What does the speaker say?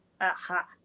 Aha